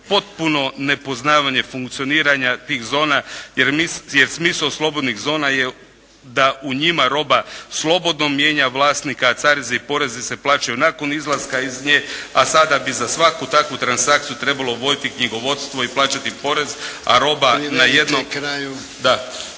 potpuno nepoznavanje funkcioniranja tih zona, jer miso slobodnih zona je da u njim roba slobodno mijenja vlasnika, a carine i porezi se plaćaju nakon izlaska iz nje, a sada bi za svaku takvu trasakciju trebalo voditi knjigovodstvo i plaćati porez, a roba …